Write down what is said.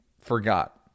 forgot